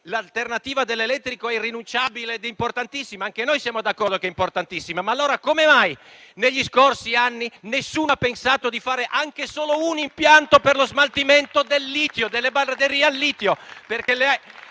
l'alternativa dell'elettrico è irrinunciabile ed importantissima; anche noi siamo d'accordo che è importantissima, ma allora come mai negli scorsi anni nessuno ha pensato di fare anche solo un impianto per lo smaltimento delle batterie al litio?